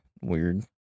weird